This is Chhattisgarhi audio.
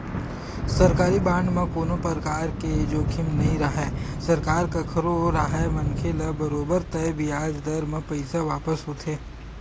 सरकारी बांड म कोनो परकार के जोखिम नइ राहय सरकार कखरो राहय मनखे ल बरोबर तय बियाज दर म पइसा वापस होथे